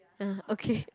uh okay